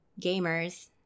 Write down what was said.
gamers